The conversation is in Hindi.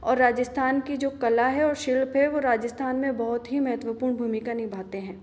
और राजिस्थान की जो कला है और शिल्प है वो राजिस्थान में बहुत ही महत्वपूर्ण भूमिका निभाते हैं